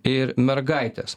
ir mergaites